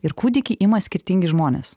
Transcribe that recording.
ir kūdikį ima skirtingi žmonės